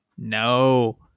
No